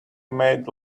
made